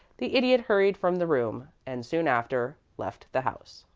the idiot hurried from the room, and soon after left the house